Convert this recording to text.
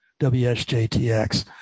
WSJTX